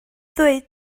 ddweud